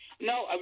No